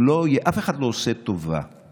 אף אחד לא עושה טובה,